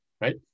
right